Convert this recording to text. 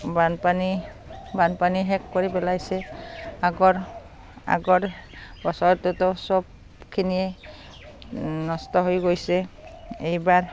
বানপানী বানপানী শেষ কৰি পেলাইছে আগৰ আগৰ বছৰটোতো চবখিনিয়ে নষ্ট হৈ গৈছে এইবাৰ